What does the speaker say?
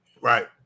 Right